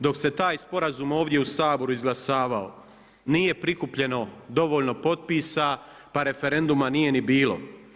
Dok se taj sporazum ovdje u Saboru izglasavao nije prikupljeno dovoljno potpisa, pa referenduma nije ni bilo.